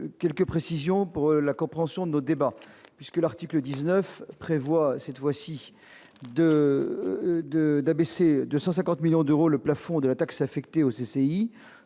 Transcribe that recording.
quelques précisions pour la bonne compréhension de nos débats. L'article 19 prévoit d'abaisser de 150 millions d'euros le plafond de la taxe affectée aux CCI,